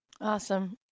Awesome